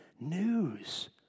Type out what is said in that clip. news